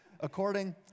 According